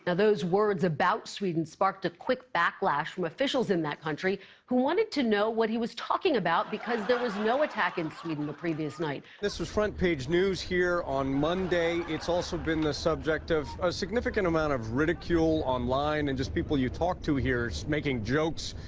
ah those words about sweden sparked a quick backlash with officials in that country who wanted to know what he was talking about because there was no attack in sweden the previous night. this was front-page news here on monday, it's also been the subject of a significant amount of ridicule online and people you talk to here making jokes,